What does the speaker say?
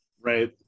right